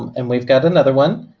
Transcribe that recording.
and we've got another one.